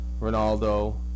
Ronaldo